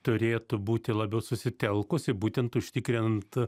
turėtų būti labiau susitelkusi būtent užtikrinant